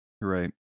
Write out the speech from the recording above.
right